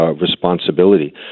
responsibility